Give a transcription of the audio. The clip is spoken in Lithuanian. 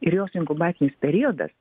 ir jos inkubacinis periodas